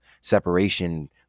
separation